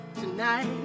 tonight